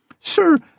Sir